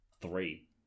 three